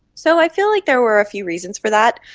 so i feel like there were a few reasons for that.